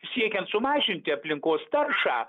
siekiant sumažinti aplinkos taršą